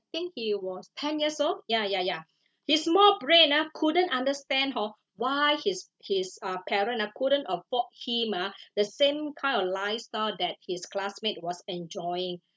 think he was ten years old ya ya ya his small brain ah couldn't understand hor why his his uh parent ah couldn't afford him ah the same kind of lifestyle that his classmate was enjoying